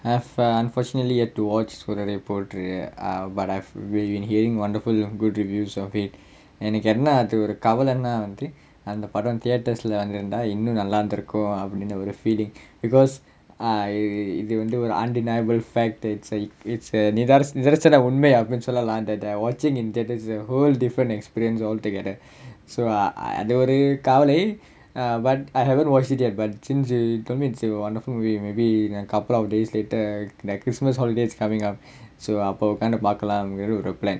I have uh unfortunately yet to watch sooraraipotru uh but I've really been hearing wonderful good reviews of it எனக்கென்ன அது ஒரு கவலனா வந்து அந்த படம்:enakkenna athu oru kavalanaa vanthu antha padam theatres leh வந்திருந்தா இன்னும் நல்லா இருந்திருக்கும் அப்படின்ன ஒரு:vanthiruntha innum nalla irunthirukkum appdinna oru feeling because uh இது வந்து ஒரு:ithu vanthu oru undeniable fact it's a நிதர்~ நிதர்சன உண்மை அப்படின்னு சொல்லலாம்:nithar~ nitharsana unmai appadinnu sollalaam that that uh watching in theatres it's a whole different experience altogether so uh அது ஒரு கவலை:athu oru kavalai err but I haven't watched it yet but since you comment it's a wonderful movie maybe in a couple of days later uh christmas holiday is coming up so அப்ப உக்காந்து பாக்கலாங்குறது ஒரு:appa ukkaanthu paakkalaangurathu oru plan ya